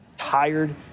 tired